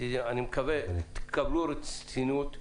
אני מקווה תקבלו רצינות,